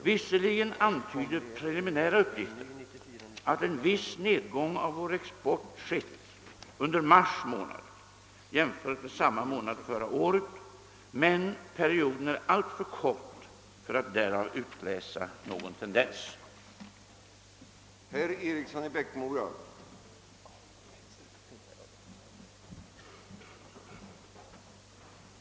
Visserligen antyder preliminära uppgifter att en viss nedgång av vår export skett under mars månad jämfört med samma månad förra året, men perioden är alltför kort för att därav någon tendens skall kunna utläsas.